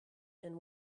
and